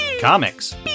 comics